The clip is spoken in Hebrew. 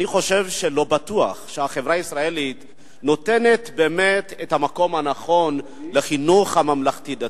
אני חושב שהחברה הישראלית נותנת באמת את המקום לחינוך הממלכתי-דתי.